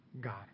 God